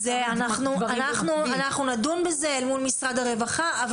אנחנו נדון בזה אל מול משרד הרווחה אבל